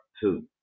two